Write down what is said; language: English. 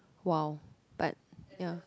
!wow! but ya